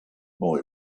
boy